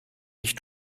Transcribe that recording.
ich